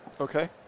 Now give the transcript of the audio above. Okay